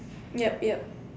yup yup